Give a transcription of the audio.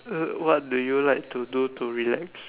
uh what do you like to do to relax